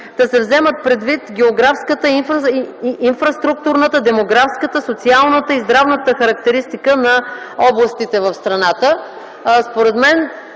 да се вземат предвид географската, инфраструктурната, демографската, социалната и здравната характеристика на областите в страната. Според мен